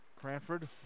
Cranford